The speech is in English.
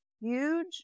huge